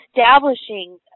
establishing